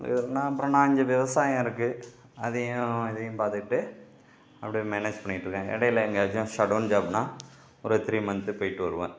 என்ன அப்புறம் நான் அங்கே விவசாயம் இருக்கு அதையும் அதையும் பார்த்துகிட்டு அப்படியே மேனேஜ் பண்ணிக்கிட்டு இருக்கேங்க இடைல எங்கேயாச்சும் ஷடன் கேப்னா ஒரு த்ரீ மன்த் போய்ட்டு வருவேன்